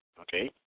okay